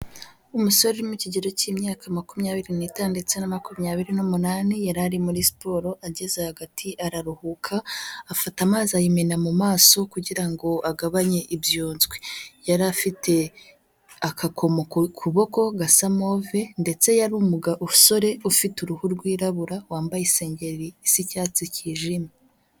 Umusore uri mu ikigero cy'imyaka makumyabiri n'itanu na makumyabiri n'umunani, yari ari muri siporo, ageze hagati araruhuka, afata amazi ayimena mu maso kugira ngo agabanye ibyunzwe, yari afite aka komo ku kuboko gasa move, ndetse yari umugabo umusore ufite uruhu rwirabura, wambaye isengeri isa icyatsi kijimye.